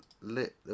lit